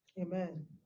Amen